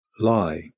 lie